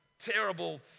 terrible